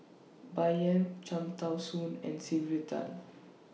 Bai Yan Cham Tao Soon and Sylvia Tan